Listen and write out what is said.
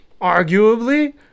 arguably